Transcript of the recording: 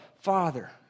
Father